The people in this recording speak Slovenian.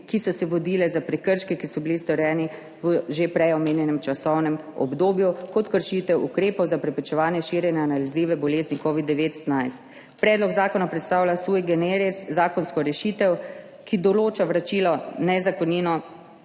ki so se vodili za prekrške, ki so bili storjeni v že prej omenjenem časovnem obdobju kot kršitev ukrepov za preprečevanje širjenja nalezljive bolezni covid-19. Predlog zakona predstavlja sui generis zakonsko rešitev, ki določa vračilo nezakonito